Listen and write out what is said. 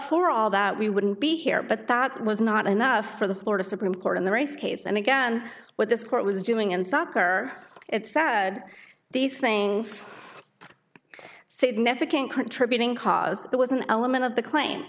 for all that we wouldn't be here but that was not enough for the florida supreme court in the race case and again what this court was doing in soccer it said these things significant contributing cause it was an element of the cl